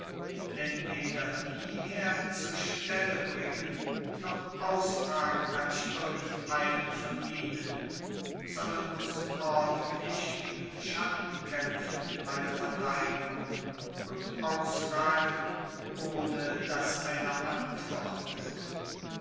denn weder hierher zur stelle bringen noch ausfragen kann ich irgend einen von ihnen sondern muß ordentlich wie mit schatten kämpfen in meiner verteidigung und ausfragen ohne daß einer antwortet